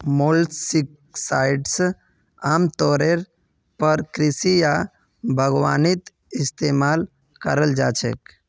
molluscicides आमतौरेर पर कृषि या बागवानीत इस्तमाल कराल जा छेक